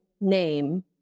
name